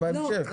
זה בהמשך.